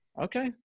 okay